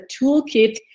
toolkit